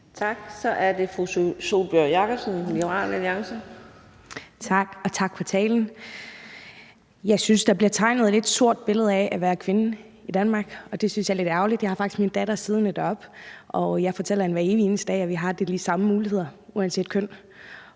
Kl. 15:06 Sólbjørg Jakobsen (LA): Tak. Og tak for talen. Jeg synes, der bliver tegnet et lidt sort billede af at være kvinde i Danmark, og det synes jeg er lidt ærgerligt. Jeg har faktisk min datter siddende deroppe, og jeg fortæller hende hver evig eneste dag, at vi har de samme muligheder uanset køn.